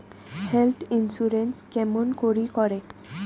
Health insurance কেমন করি করে?